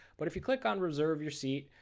but if you click on reserve your seat,